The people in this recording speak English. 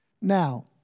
Now